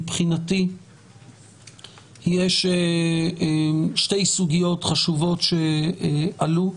מבחינתי יש שלוש סוגיות חשובות שעלו.